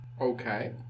Okay